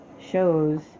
shows